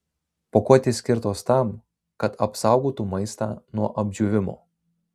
pakuotės skirtos tam kad apsaugotų maistą nuo apdžiūvimo